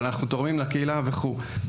אבל אנחנו תורמים לקהילה" וכו'.